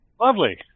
Lovely